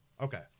Okay